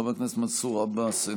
חבר הכנסת מנסור עבאס,